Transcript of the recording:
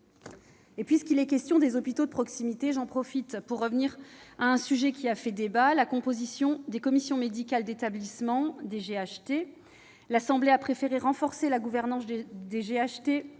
Puisqu'il est question des hôpitaux de proximité, j'en profite pour revenir à un sujet qui a fait débat : la composition des commissions médicales d'établissement des GHT. L'Assemblée nationale a préféré renforcer la gouvernance des GHT